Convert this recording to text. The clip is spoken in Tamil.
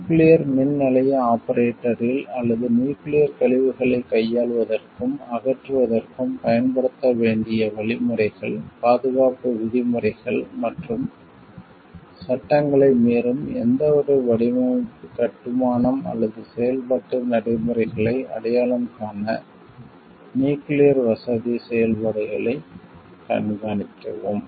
நியூக்கிளியர் மின் நிலைய ஆபரேட்டரில் அல்லது நியூக்கிளியர்க் கழிவுகளைக் கையாள்வதற்கும் அகற்றுவதற்கும் பயன்படுத்த வேண்டிய வழிமுறைகள் பாதுகாப்பு விதிமுறைகள் மற்றும் சட்டங்களை மீறும் எந்தவொரு வடிவமைப்பு கட்டுமானம் அல்லது செயல்பாட்டு நடைமுறைகளை அடையாளம் காண நியூக்கிளியர் வசதி செயல்பாடுகளை கண்காணிக்கவும்